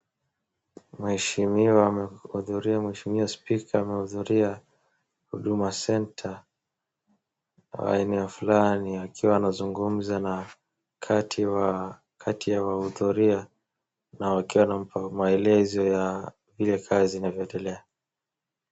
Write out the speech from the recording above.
Mheshimiwa amehudhuria, mheshimiwa spika amehudhuria Huduma Center ya eneo fulani, akiwa anazungumza na kati ya wahudhuria na wakiwa wanampa maelezo ya ile kazi inavyoendelea.